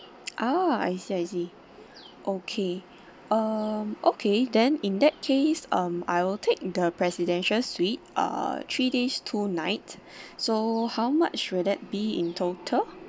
oh I see I see okay um okay then in that case um I'll take the presidential suite uh three days two night so how much would that be in total